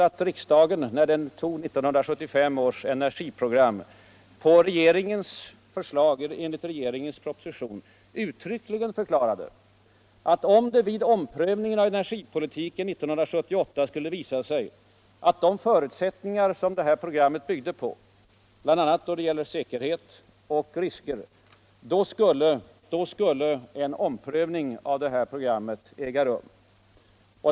när den fastställde 1975 års energiprogram enligt regeringens proposition, att om det vid en omprövning av energipolitiken 1978 skulle visa sig att de förutsättningar som detta program byggde på hade ändrats, bl.a. då det gällde säkerhet och risker, skulle en omprövning av programmet äga rum.